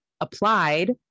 applied